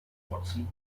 watson